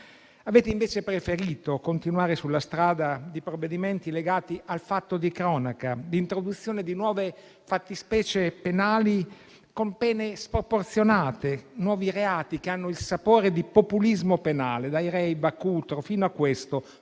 Avete invece preferito continuare sulla strada di provvedimenti legati al fatto di cronaca, dell'introduzione di nuove fattispecie penali con pene sproporzionate, nuovi reati che hanno il sapore di populismo penale, dai *rave* a Cutro, fino a questo,